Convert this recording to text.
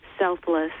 selfless